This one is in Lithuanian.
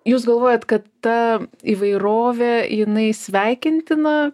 jūs galvojat kad ta įvairovė jinai sveikintina